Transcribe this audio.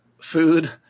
food